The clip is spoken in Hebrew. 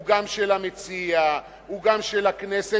הוא גם של המציע והוא גם של הכנסת,